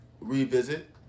revisit